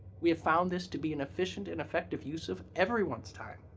we have found this to be and efficient and effective use of everyone's time.